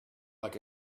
like